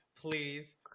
please